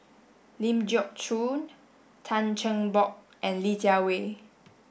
Ling Geok Choon Tan Cheng Bock and Li Jiawei